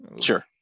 sure